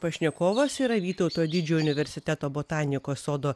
pašnekovas yra vytauto didžiojo universiteto botanikos sodo